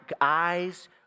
eyes